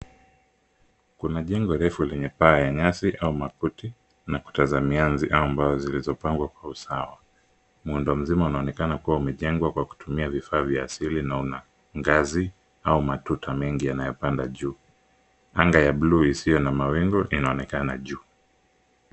Kuna jengo refu lenye paa la nyasi au makuti, na kuta za mianzi au mbao zilizopangwa kwa usawa. Muundo mzima unaonekana kuwa umejengwa kwa kutumia vifaa vya asili na una ngazi au matuta mengi yanayopanda juu. Anga ya bluu isiyo na mawingu inaonekana juu.